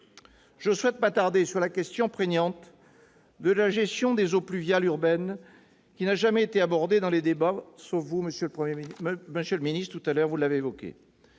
Je souhaite m'attarder sur la question prégnante de la gestion des eaux pluviales urbaines, qui n'a jamais été abordée dans les débats, sauf par vous, monsieur le ministre, dans votre propos